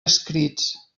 adscrits